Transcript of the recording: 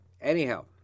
anyhow